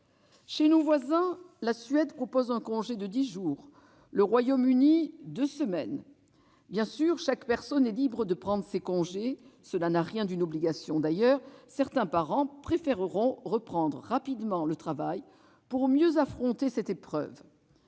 Chez nos voisins, la Suède propose un congé de dix jours. Le Royaume-Uni offre deux semaines. Bien sûr, chaque personne est libre de prendre ces congés ; cela n'a rien d'une obligation. D'ailleurs, certains parents préféreront reprendre le travail rapidement, pour mieux affronter l'épreuve.